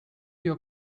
your